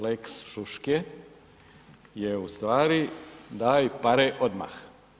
lex šuške je u stvari daj pare odmah.